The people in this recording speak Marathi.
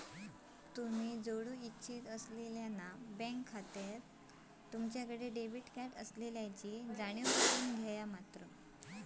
तुम्ही जोडू इच्छित असलेल्यो बँक खात्याक तुमच्याकडे डेबिट कार्ड असल्याची खात्री करा